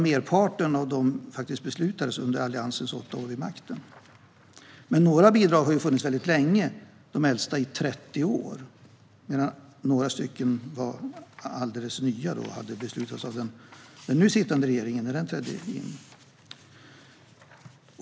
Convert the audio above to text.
Merparten av dessa beslutades om under Alliansens åtta år vid makten. Men några bidrag har funnits länge - de äldsta i 30 år. Några är däremot alldeles nya och har beslutats om av den nu sittande regeringen när den trädde till.